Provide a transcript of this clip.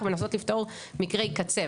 אנחנו מנסות לפתור מקרי קצה,